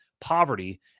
poverty